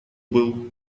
был